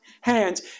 hands